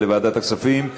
מציע, בוועדת הכספים.